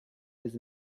his